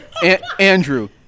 Andrew